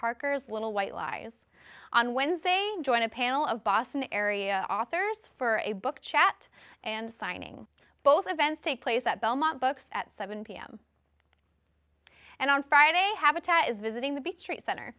parker's little white lies on wednesday joined a panel of boston area authors for a book chat and signing both events take place at belmont books at seven pm and on friday habitat is visiting the big trade cent